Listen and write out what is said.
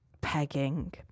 pegging